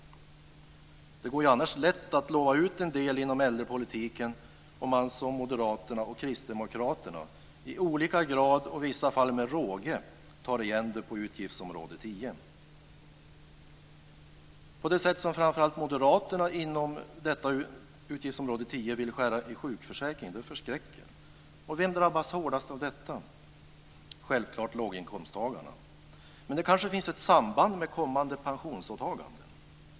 Det går ju annars lätt att lova ut en del inom äldrepolitiken om man, som Moderaterna och Kristdemokraterna, i olika grad och i vissa fall med råge tar igen det på utgiftsområde 10. På det sätt som framför allt Moderaterna inom utgiftsområde 10 vill skära i sjukförsäkringen förskräcker. Vem drabbas hårdast av detta? Det är självfallet låginkomsttagarna. Men det kanske finns ett samband med kommande pensionsåtaganden.